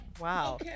Wow